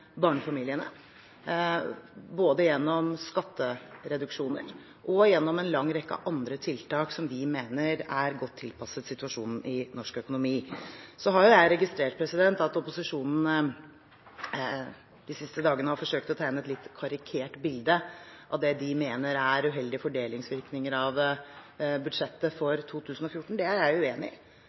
barnefamiliene gjennom både skattereduksjoner og en lang rekke andre tiltak som vi mener er godt tilpasset situasjonen i norsk økonomi. Jeg har registrert at opposisjonen de siste dagene har forsøkt å tegne et litt karikert bilde av det de mener er uheldige fordelingsvirkninger av budsjettet for 2014. Det er jeg uenig i.